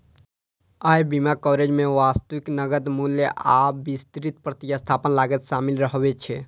अय बीमा कवरेज मे वास्तविक नकद मूल्य आ विस्तृत प्रतिस्थापन लागत शामिल रहै छै